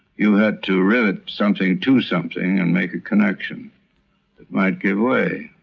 you had to rivet something to something and make a connection that might give way.